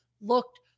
looked